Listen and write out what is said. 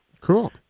Cool